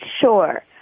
Sure